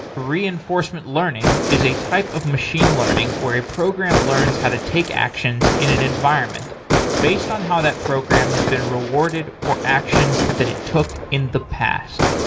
reinforcement learning is a type of machine learning where a program leans how to take actions in an environment based on how that program has been rewarded for actions that it took in the past.